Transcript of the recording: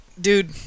dude